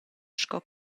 sco